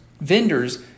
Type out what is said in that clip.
vendors